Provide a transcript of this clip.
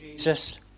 Jesus